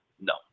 No